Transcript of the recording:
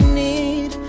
need